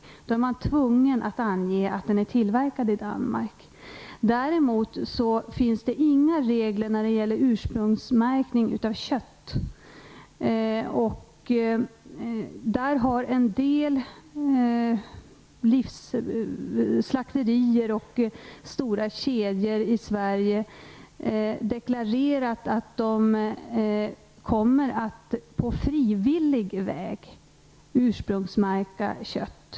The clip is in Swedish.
Man är alltså tvungen att ange att osten är tillverkad i Danmark. Det finns däremot inga regler när det gäller ursprungsmärkning av kött. En del slakterier och stora kedjor i Sverige har deklarerat att de på frivillig väg kommer att ursprungsmärka kött.